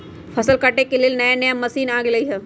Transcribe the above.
फसल काटे के लेल नया नया मशीन आ गेलई ह